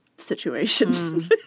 situation